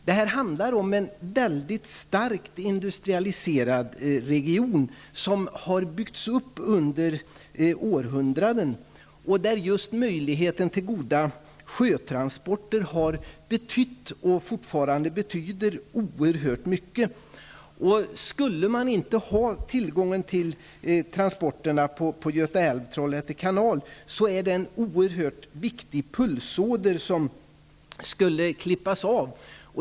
Det handlar om en mycket starkt industrialiserad region, som byggts upp under århundraden och där just möjligheten till goda sjötransporter har betytt och fortfarande betyder oerhört mycket. Skulle man inte ha tillgång till transporter på Göta älv-- Trollhätte kanal, skulle det innebära att en oerhört viktig pulsåder klipptes av.